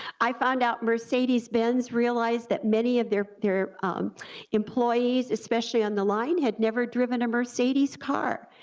i found our mercedes benz realized that many of their their employees, especially on the line, had never driven a mercedes car,